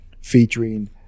featuring